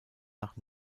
nach